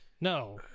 No